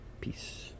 Peace